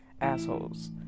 assholes